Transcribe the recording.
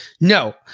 No